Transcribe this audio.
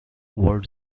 word